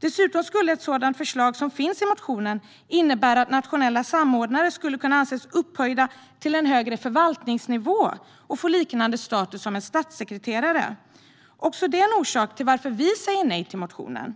Dessutom skulle ett sådant förslag som det som finns i motionen kunna innebära att nationella samordnare ansågs upphöjda till en högre förvaltningsnivå och att de skulle kunna få liknande status som en statssekreterare. Också detta är en orsak till att vi säger nej till motionen.